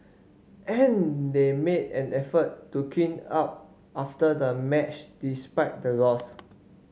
and they made an effort to clean up after the match despite the loss